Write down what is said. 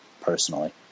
personally